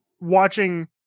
watching